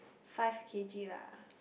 five K_G lah